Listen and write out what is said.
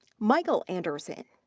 michael anderson,